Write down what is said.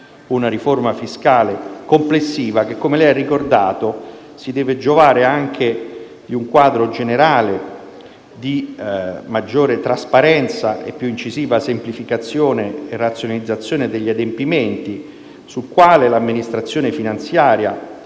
una riforma fiscale complessiva, che - come lei ha ricordato - si deve giovare anche di un quadro generale di maggiore trasparenza e più incisiva semplificazione e razionalizzazione degli adempimenti, sul quale l'amministrazione finanziaria